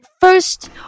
first